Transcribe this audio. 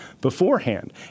beforehand